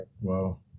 Wow